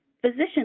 physician